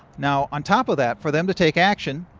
now on top of that, for them to take action,